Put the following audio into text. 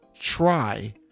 try